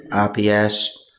rps,